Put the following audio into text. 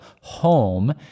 home